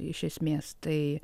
iš esmės tai